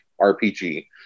RPG